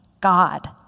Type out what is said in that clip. God